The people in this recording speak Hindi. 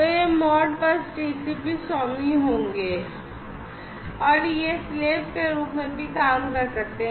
तो ये मोडबस टीसीपी स्वामी होंगे या वे दास के रूप में भी काम कर सकते हैं